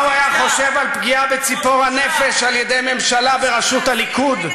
מה הוא היה חושב על פגיעה בציפור הנפש על-ידי ממשלה בראשות הליכוד,